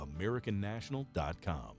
AmericanNational.com